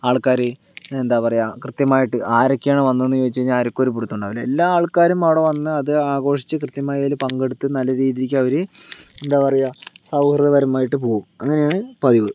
ആൾക്കാര് എന്താ പറയുക കൃത്യമായിട്ട് ആരൊക്കെയാണ് വന്നതെന്ന് ചോദിച്ചു കഴിഞ്ഞാൽ ആർക്കും ഒരു പിടുത്തവും ഉണ്ടാവില്ല എല്ലാ ആൾക്കാരും അവിടെ വന്ന് അത് ആഘോഷിച്ച് കൃത്യമായി അതില് പങ്കെടുത്ത് നല്ല രീതിക്ക് അവര് എന്താ പറയുക സൗഹൃദപരമായിട്ട് പോകും അങ്ങനെയാണ് പതിവ്